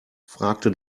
fragte